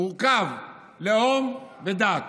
מורכב, לאום ודת,